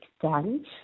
done